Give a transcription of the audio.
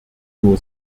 nur